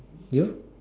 you